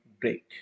break